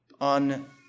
on